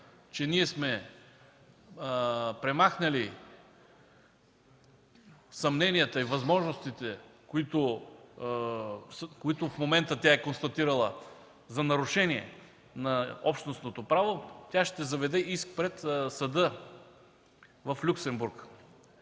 че ние сме премахнали съмненията и възможностите, които в момента тя е констатирала, за нарушение на общностното право, тя ще заведе иск пред съда в Люксембург